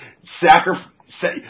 sacrifice